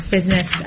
Business